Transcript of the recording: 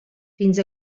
fins